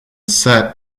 set